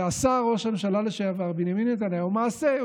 ועשה ראש הממשלה לשעבר בנימין נתניהו מעשה.